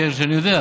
אני יודע,